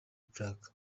black